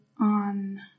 on